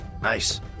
Nice